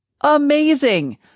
Amazing